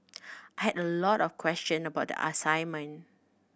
I had a lot of question about the assignment